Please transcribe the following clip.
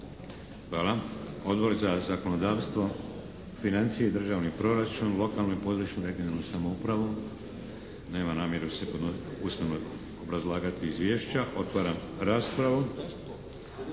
Hvala. Odbor za zakonodavstvo, financije i državni proračun, lokalnu i područnu regionalnu samoupravu? Nema namjeru se usmeno obrazlagati izvješća. Otvaram raspravu.